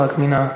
חברי הכנסת?